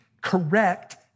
correct